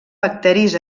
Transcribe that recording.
bacteris